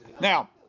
Now